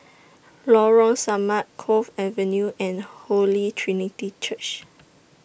Lorong Samak Cove Avenue and Holy Trinity Church